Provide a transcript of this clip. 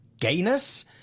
gayness